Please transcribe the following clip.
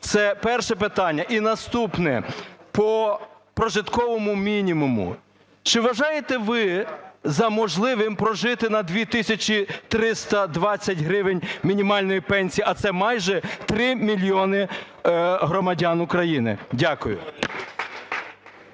Це перше питання. І наступне по прожитковому мінімуму. Чи вважаєте ви за можливе прожити на 2 тисячі 320 гривень мінімальної пенсії, а це майже 3 мільйони громадян України? Дякую.